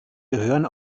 gehören